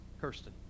Kirsten